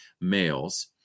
males